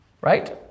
Right